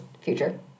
future